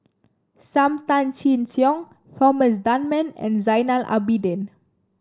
Sam Tan Chin Siong Thomas Dunman and Zainal Abidin